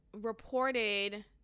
reported